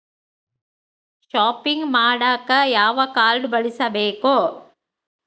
Shopping ಮಾಡಾಕ ಯಾವ card ಬಳಸಬೇಕು?